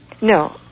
No